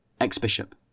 ex-bishop